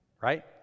Right